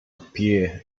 appear